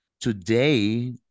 Today